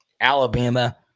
Alabama